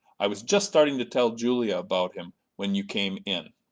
i was just starting to tell julia about him when you came in.